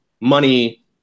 money